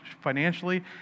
financially